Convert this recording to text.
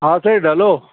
हा सेठ हेलो